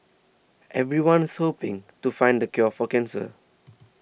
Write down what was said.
everyone's hoping to find the cure for cancer